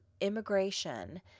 immigration